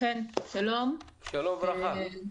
אני מ-IBC.